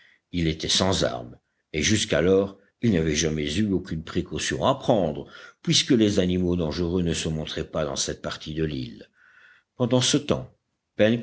il était sans armes et jusqu'alors il n'y avait jamais eu aucune précaution à prendre puisque les animaux dangereux ne se montraient pas dans cette partie de l'île pendant ce temps